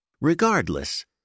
Regardless